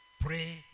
Pray